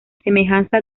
semejanza